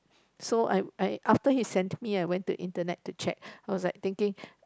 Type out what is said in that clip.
so I I after he send me I went to the internet to check I was thinking